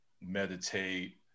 meditate